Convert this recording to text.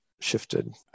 shifted